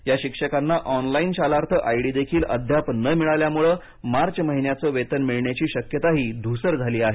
या शिक्षकांना ऑनलाइन शालार्थ आयडीदेखील अद्याप न मिळाल्यामुळे मार्च महिन्याचं वेतन मिळण्याची शक्यताही धूसर झाली आहे